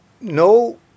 no